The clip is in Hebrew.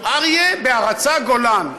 אריה בהרצה גולן.